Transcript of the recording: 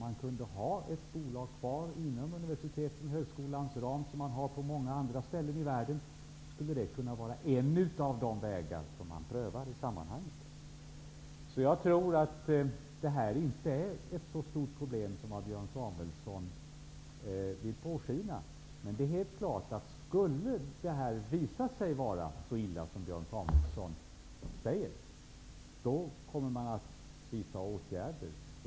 Att ha ett bolag kvar inom universitetets eller högskolans ram, som man har på många andra ställen i världen, skulle kunna vara en av de vägar som man prövar i sammanhanget. Så jag tror att det här problemet inte är så stort som Björn Samuelson låter påskina. Men det är klart att skulle det visa sig vara så illa som Björn Samuelson säger, då kommer man att vidta åtgärder.